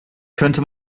könnte